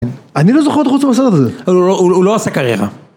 אני לא זוכר את חוסר הסדר הזה. -הוא לא עשה קריירה